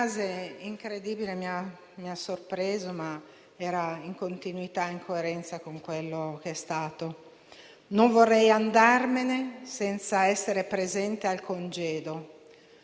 Penso sia stato un grande maestro e per questo onoriamo la sua morte con tanto rispetto e cogliendo gli insegnamenti